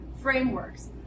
frameworks